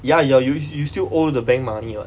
ya you are us~ you still owe the bank money [what]